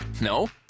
No